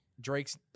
Drake's